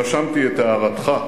רשמתי את הערתך.